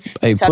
Hey